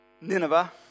Nineveh